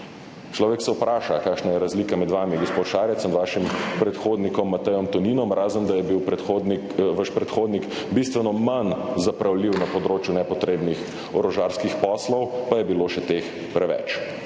Človek se vpraša, kakšna je razlika med vami, gospod Šarec, in vašim predhodnikom Matejem Toninom, razen da je bil vaš predhodnik bistveno manj zapravljiv na področju nepotrebnih orožarskih poslov, pa je bilo še teh preveč.